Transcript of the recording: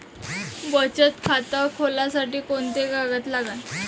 बचत खात खोलासाठी कोंते कागद लागन?